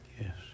Yes